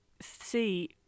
see